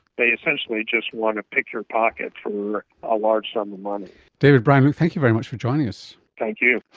they essentially just want to pick your pocket for a large sum of money. david brown, thank you very much for joining us. thank you.